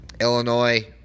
Illinois